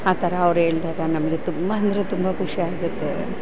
ಆ ಥರ ಅವ್ರು ಹೇಳ್ದಾಗ ನಮಗೆ ತುಂಬ ಅಂದರೆ ತುಂಬ ಖುಷಿ ಆಗುತ್ತೆ